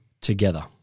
together